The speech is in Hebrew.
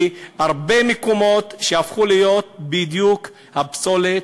כי הרבה מקומות שהפכו להיות בדיוק הפסולת,